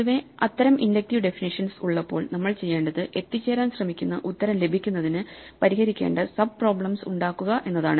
പൊതുവേ അത്തരം inductive definitions ഉള്ളപ്പോൾ നമ്മൾ ചെയ്യേണ്ടത് എത്തിച്ചേരാൻ ശ്രമിക്കുന്ന ഉത്തരം ലഭിക്കുന്നതിന് പരിഹരിക്കേണ്ട സബ് പ്രോബ്ലെംസ് ഉണ്ടാക്കുക എന്നതാണ്